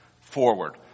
forward